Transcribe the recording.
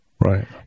Right